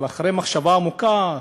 אבל אחרי מחשבה עמוקה,